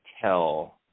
tell